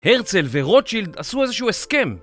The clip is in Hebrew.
הרצל ורוטשילד עשו איזשהו הסכם!